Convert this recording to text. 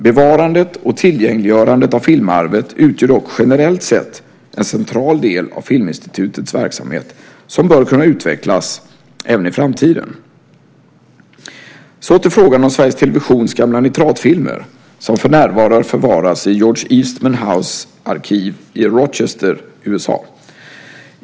Bevarandet och tillgängliggörandet av filmarvet utgör dock generellt sett en central del av Filminstitutets verksamhet, som bör kunna utvecklas även i framtiden. Så till frågan om Sveriges Televisions gamla nitratfilmer, som för närvarande förvaras i arkivet i George Eastman House i Rochester, USA.